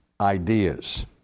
ideas